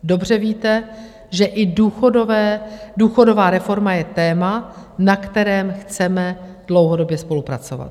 Dobře víte, že i důchodová reforma je téma, na kterém chceme dlouhodobě spolupracovat.